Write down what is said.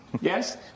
Yes